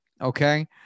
okay